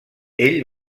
ell